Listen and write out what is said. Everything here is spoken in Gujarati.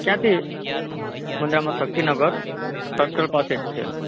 ક્યાંથી મુન્દ્રામાં શક્તિનગર સર્કલ પાસે જ છે